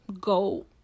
go